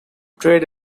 trade